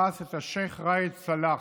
השייח' ראאד סלאח,